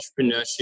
entrepreneurship